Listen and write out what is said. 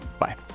Bye